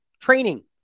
training